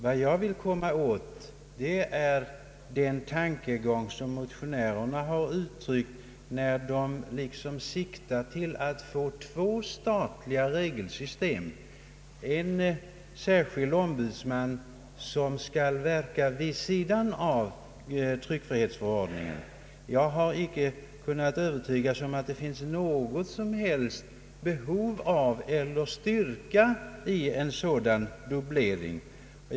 Vad jag vill komma åt är den tankegång motionärerna har uttryckt när de siktar till att få två statliga regelsystem och en särskild ombudsman som skall verka vid sidan av tryckfrihetsförordningen. Jag har inte kunnat bli övertygad om att det finns något som helst behov av eller styrka i en sådan dubblering.